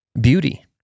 beauty